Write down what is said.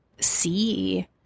see